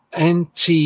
NT